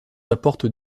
apporte